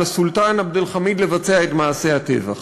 הסולטן עבד אל-חמיד לבצע את מעשי הטבח.